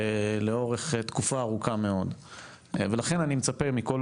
לאורך תקופה ארוכה מאוד ולכן אני מצפה מכל